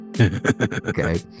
okay